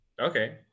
Okay